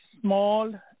Small